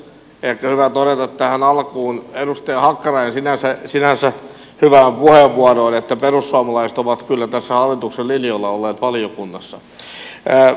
ehkä hyvä todeta tähän alkuun edustaja hakkaraisen sinänsä hyvään puheenvuoroon liittyen että perussuomalaiset ovat tässä kyllä hallituksen linjoilla olleet valiokunnassa